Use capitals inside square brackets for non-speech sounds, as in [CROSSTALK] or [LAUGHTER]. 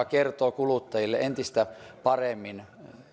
[UNINTELLIGIBLE] kertoo kuluttajille entistä paremmin